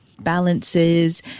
Balances